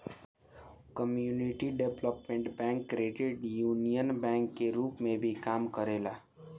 community development bank credit union bank के रूप में भी काम करेला